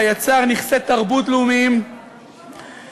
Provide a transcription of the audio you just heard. בה יצר נכסי תרבות לאומיים וכלל-אנושיים,